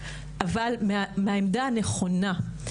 אבל מהעמדה הנכונה.